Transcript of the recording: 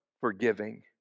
forgiving